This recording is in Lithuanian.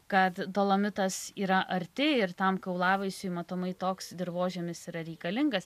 kad dolomitas yra arti ir tam kaulavaisiui matomai toks dirvožemis yra reikalingas